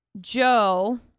Joe